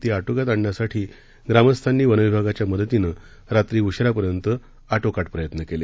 ती आटोक्यात आणण्यासाठी ग्रामस्थांनी वनविभागाच्या मदतीनं रात्री उशिरापर्यंत आग आटोकाट प्रयत्न केले